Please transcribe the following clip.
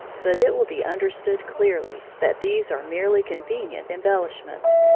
but it will be understood clearly that these are merely convenient embellishments,